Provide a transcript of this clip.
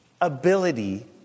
ability